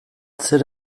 zer